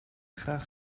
graag